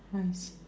hi